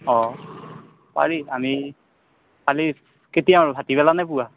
অঁ পাৰি আমি কালি কেতিয়া মাৰবু ভাটিবেলা নে পুৱা